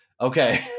Okay